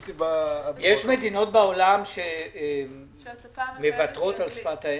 יש מדינות בעולם שמוותרות על שפת האם?